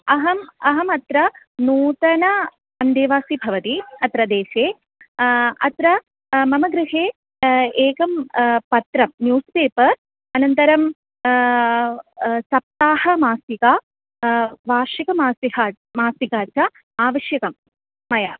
अहम् अहम् अत्र नूतनं अन्तेवासी भवति अत्र देशे अत्र मम गृहे एकं पत्रं न्यूस् पेपर् अनन्तरं सप्ताहमासिका वार्षिकमासिका मासिका च आवश्यकं मया